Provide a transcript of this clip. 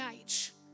age